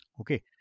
Okay